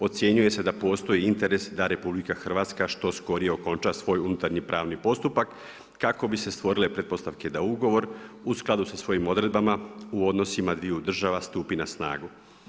Ocjenjuje se da postoji interes da RH što skorije okonča svoj unutarnji pravni postupak kako bi se stvorile pretpostavke da ugovor u skladu sa svojim odredbama u odnosima dviju država stupi na snagu.